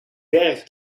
berg